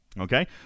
Okay